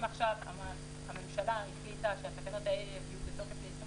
אם עכשיו הממשלה החליטה שהתקנות האלה יהיו בתוקף במשך